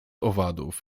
owadów